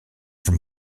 from